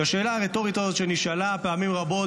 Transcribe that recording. השאלה הרטורית הזאת נשאלה פעמים רבות